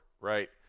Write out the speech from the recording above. right